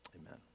amen